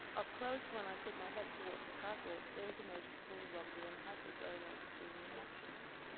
up close when i put my head towards the cardboard, there is a noticeable rumble and hassle going on between the inhabitants.